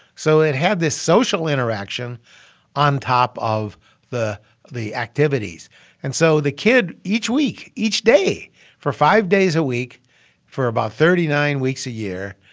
so it had this social interaction on top of the the activities and so the kid each week, each day for five days a week for about thirty nine weeks a year,